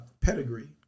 pedigree